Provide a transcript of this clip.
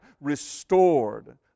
restored